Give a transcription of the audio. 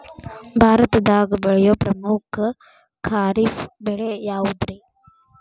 ಭಾರತದಾಗ ಬೆಳೆಯೋ ಪ್ರಮುಖ ಖಾರಿಫ್ ಬೆಳೆ ಯಾವುದ್ರೇ?